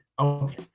Okay